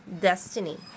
destiny